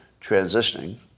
transitioning